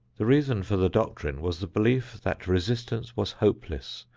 the reason for the doctrine was the belief that resistance was hopeless,